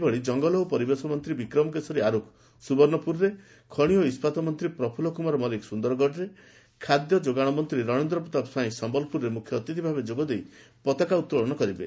ସେହିଭଳି ଜଙ୍ଗଲ ଓ ପରିବେଶ ମନ୍ତୀ ବିକ୍ରମ କେଶରୀ ଆରୁଖ ସୁବର୍ଶ୍ୱପୁରରେ ଖଣି ଓ ଇସ୍ଚାତ ମନ୍ତୀ ପ୍ରଫୁଲ୍ଲ କୁମାର ମଲ୍ଲିକ୍ ସୁନ୍ଦରଗଡ଼ରେ ଖାଦ୍ୟ ଓ ଯୋଗାଣ ମନ୍ତୀ ରଣେନ୍ଦ୍ର ପ୍ରତାପ ସ୍ୱାଇଁ ସମ୍ୟଲପୁରରେ ମୁଖ୍ୟ ଅତିଥି ଭାବେ ଯୋଗଦେଇ କାତୀୟ ପାତକା ଉତ୍ତେଳନ କରିବେ